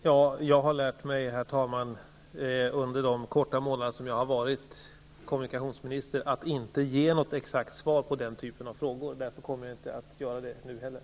Herr talman! Jag har under de få månader som jag har varit kommunikationsminister lärt mig att inte ge något exakt svar på den typen av frågor. Därför kommer jag inte heller nu att göra det.